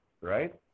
right